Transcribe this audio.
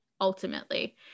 ultimately